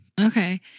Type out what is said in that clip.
Okay